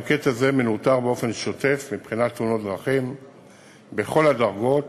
גם קטע זה מנוטר באופן שוטף מבחינת תאונות דרכים בכל הדרגות,